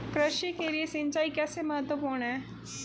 कृषि के लिए सिंचाई कैसे महत्वपूर्ण है?